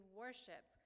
worship